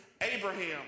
Abraham